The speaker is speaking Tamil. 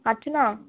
அர்ச்சனா